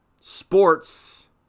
Sports